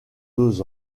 deux